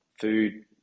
food